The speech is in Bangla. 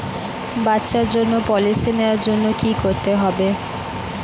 বাচ্চার জন্য পলিসি নেওয়ার জন্য কি করতে হবে?